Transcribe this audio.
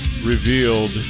revealed